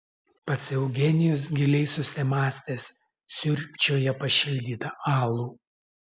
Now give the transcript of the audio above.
pats eugenijus giliai susimąstęs siurbčioja pašildytą alų